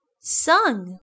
sung